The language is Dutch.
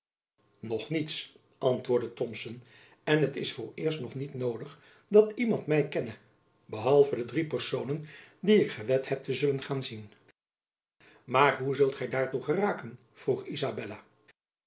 nog niets antwoordde thomson en t is vooreerst nog niet noodig dat iemand my kenne behalve de drie personen die ik gewed heb te zullen gaan zien maar hoe zult gy daartoe geraken vroeg izabella